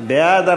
הוועדה, נתקבלו.